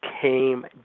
came